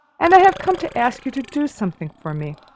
and i have come to ask you to do something for me.